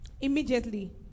Immediately